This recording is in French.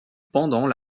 pendant